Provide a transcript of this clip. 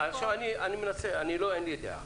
אין לי דעה,